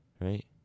right